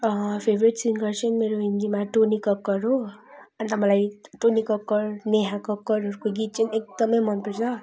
favourite singer चाहिँ मेरो हिन्दीमा टोनी कक्कड हो अन्त मलाई टोनी कक्कड नेहा कक्कडहरूको गीत चाहिँ एकदम मन पर्छ